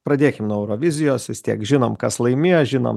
pradėkim nuo eurovizijos vis tiek žinom kas laimėjo žinom